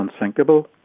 unsinkable